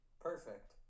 Perfect